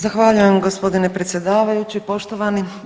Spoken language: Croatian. Zahvaljujem g. predsjedavajući poštovani.